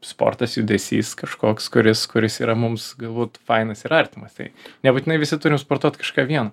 sportas judesys kažkoks kuris kuris yra mums galbūt fainas ir artimas tai nebūtinai visi turim sportuoti kažką vieno